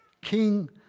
king